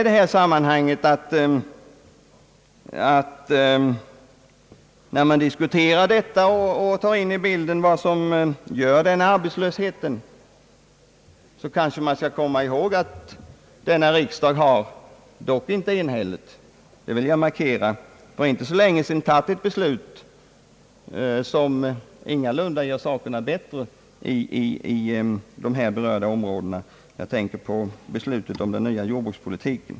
Men när man diskuterar sysselsättningssvårigheterna och tar in i bilden vad som är orsaken till nuvarande arbetslöshet, kanske man skall komma ihåg att denna riksdag — dock inte enhälligt, det vill jag markera — för inte länge sedan fattat ett beslut, som ingalunda gör tillståndet bättre i nu berörda områden. Jag tänker på beslutet om den nya jordbrukspolitiken.